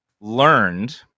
learned